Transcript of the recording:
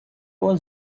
was